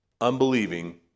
unbelieving